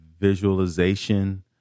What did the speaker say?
visualization